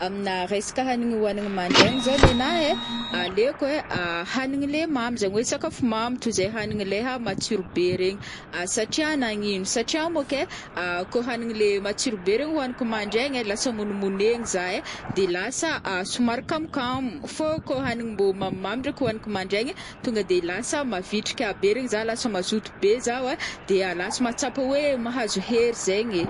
Amina resaka hanigny oanigny mandraina zao nena ai, aleoko ai hanigny le mamy zagny oe sakafo mamy toizay hanigny le matsiro be regny satria nagnino satria monko ai, ko hanigny le matsiro be regny hoaniko mandraigny ai lasa monimonegny za ai, de lasa somary kamokamo, fô kô hanigny mbô mamimamy ndraiky hoaniko mandraigny tonga de lasa mavitrika be regny za lasa mazoto be zao ai, de lasa mahatsapa oe mahazo hery zegny ee.